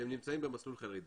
שנמצאים במסלול חרדי